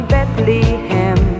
Bethlehem